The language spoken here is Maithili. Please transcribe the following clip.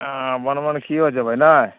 बनमनखिओ जएबै नहि